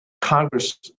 Congress